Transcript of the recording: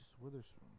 Witherspoon